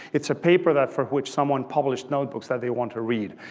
it's a paper that for which someone published notebooks that they want to read.